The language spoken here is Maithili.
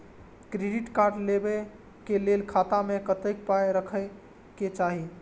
क्रेडिट कार्ड लेबै के लेल खाता मे कतेक पाय राखै के चाही?